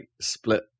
split